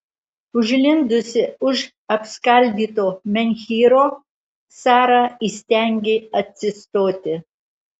užlindusi už apskaldyto menhyro sara įstengė atsistoti